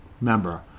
member